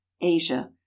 asia